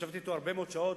ישבתי אתו הרבה מאוד שעות,